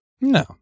No